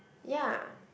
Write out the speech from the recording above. ya